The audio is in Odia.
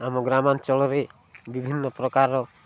ଆମ ଗ୍ରାମାଞ୍ଚଳରେ ବିଭିନ୍ନ ପ୍ରକାର